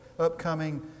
upcoming